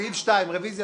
סעיף-סעיף, ברור.